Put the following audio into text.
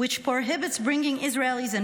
which prohibits bringing Israelis and